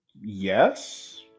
Yes